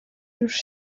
już